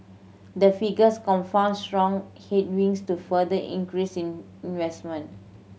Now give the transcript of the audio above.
the figures confounded strong headwinds to further increase in investment